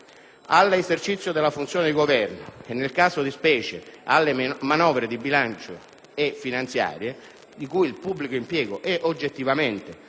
all'esercizio della funzione di Governo - e, nel caso di specie, alle manovre di bilancio e finanziarie, di cui il pubblico impiego è oggettivamente